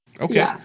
Okay